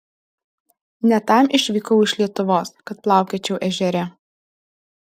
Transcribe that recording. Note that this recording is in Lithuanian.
ne tam išvykau iš lietuvos kad plaukiočiau ežere